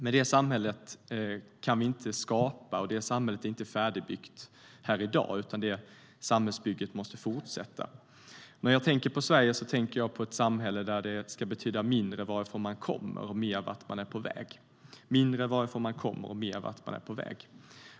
Men det samhället är inte färdigbyggt, utan vårt samhällsbygge måste fortsätta. När jag tänker på Sverige tänker jag på ett samhälle där det ska betyda mindre varifrån man kommer och mer vart man är på väg.